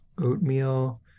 oatmeal